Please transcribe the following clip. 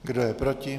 Kdo je proti?